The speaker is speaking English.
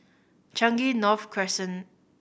Changi North Crescent